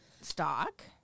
Stock